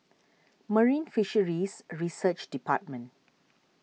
Marine Fisheries Research Department